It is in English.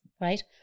Right